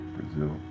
Brazil